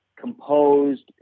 composed